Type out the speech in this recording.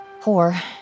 Poor